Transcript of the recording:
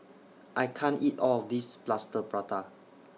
I can't eat All of This Plaster Prata